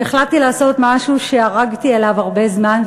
והחלטתי לעשות משהו שערגתי אליו הרבה זמן,